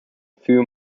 few